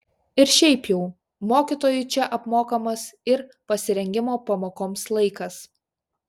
ir šiaip jau mokytojui čia apmokamas ir pasirengimo pamokoms laikas